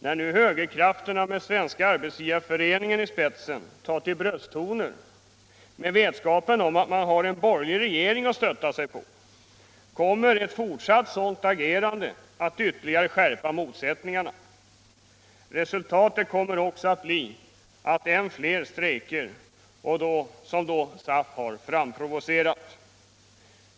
När nu högerkrafterna med Svenska arbetsgivareföreningen i spetsen tar till brösttoner, i vetskap om att den har en borgerlig regering att stödja sig på, kommer ett fortsatt agerande av det slaget att ytterligare skärpa motsättningarna. Resultatet kommer att bli än fler strejker, som SAF då har provocerat.